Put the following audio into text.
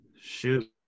Shoot